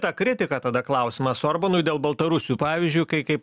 tą kritiką tada klausimas orbanui dėl baltarusių pavyzdžiui kai kaip